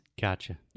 Gotcha